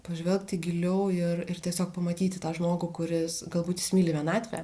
pažvelgti giliau ir ir tiesiog pamatyti tą žmogų kuris galbūt jis myli vienatvę